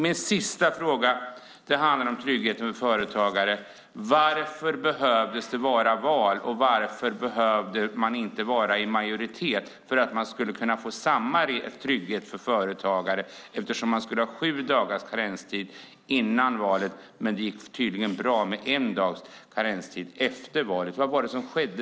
Min sista fråga handlar om tryggheten för företagare: Varför behövdes det val, och varför behövde man inte vara i majoritet för att kunna få samma trygghet för företagare? Det skulle ju vara sju dagars karenstid före valet. Tydligen gick det efter valet bra med en dags karenstid. Vad var det som skedde?